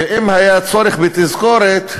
אם היה צורך בתזכורת,